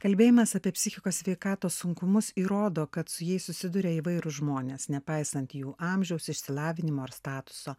kalbėjimas apie psichikos sveikatos sunkumus įrodo kad su jais susiduria įvairūs žmonės nepaisant jų amžiaus išsilavinimo ar statuso